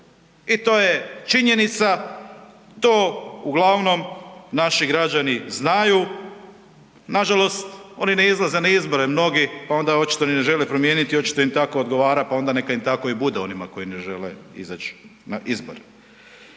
I to je činjenica, to uglavnom naši građani znaju, nažalost oni ne izlaze na izbore mnogi pa onda očito ni ne žele promijeniti, očito im tako odgovara pa onda neka im tako i bude onima koji ne žele izać na izbore.